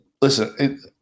listen